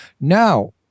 Now